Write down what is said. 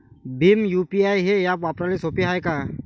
Bhim UPI हे app वापराले सोपे हाय का?